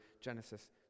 Genesis